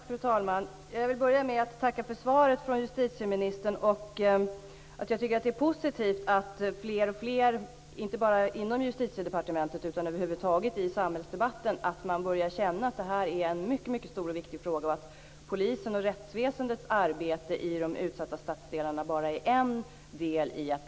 Fru talman! Jag vill börja med att tacka för svaret från justitieministern. Jag tycker att det är positivt att fler och fler, inte bara inom Justitiedepartementet utan över huvud taget i samhällsdebatten, börjar känna att detta är en mycket stor och viktig fråga. Polisens och rättsväsendets arbete i de utsatta stadsdelarna är bara en del i detta.